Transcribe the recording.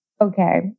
Okay